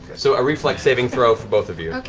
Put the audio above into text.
so a reflex saving throw for both of you.